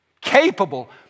capable